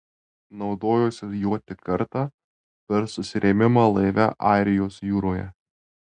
naudojosi juo tik kartą per susirėmimą laive airijos jūroje